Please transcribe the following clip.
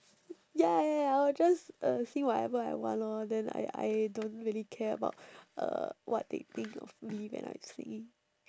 ya ya ya I will just uh sing whatever I want lor then I I don't really care about uh what they think of me when I am singing